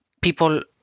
people